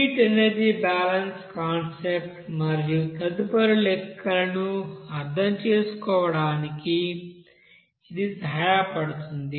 heat energy balance concept మరియు తదుపరి లెక్కలను అర్థం చేసుకోవడానికి ఇది సహాయపడుతుంది